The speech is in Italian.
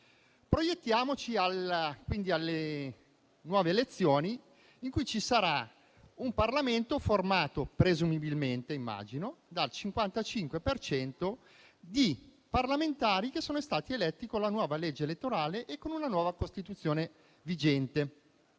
Proiettiamoci quindi alle nuove elezioni, in cui ci sarà un Parlamento formato presumibilmente dal 55 per cento di parlamentari che sono stati eletti con la nuova legge elettorale e con una nuova Costituzione vigente.